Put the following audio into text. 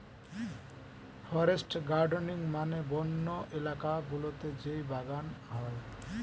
forest gardening মানে বন্য এলাকা গুলোতে যেই বাগান হয়